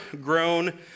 grown